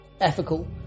ethical